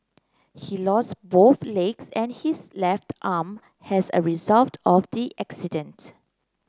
he lost both legs and his left arm as a result of the accident